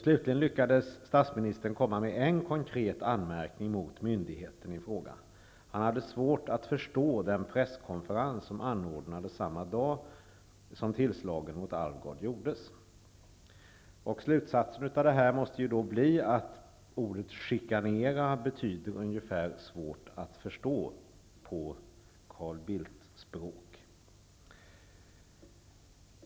Slutligen lyckades statsministern komma med en konkret anmärkning mot myndigheten i fråga: Han hade svårt att förstå den presskonferens som anordnades samma dag som tillslaget mot Alvgard gjordes. Slutsatsen av detta måste ju då bli att ordet ''chikanera'' betyder ungefär ''svårt att förstå'' på Carl Bildt-språk.